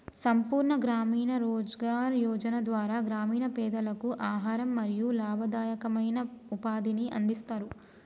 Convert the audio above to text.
సంపూర్ణ గ్రామీణ రోజ్గార్ యోజన ద్వారా గ్రామీణ పేదలకు ఆహారం మరియు లాభదాయకమైన ఉపాధిని అందిస్తరు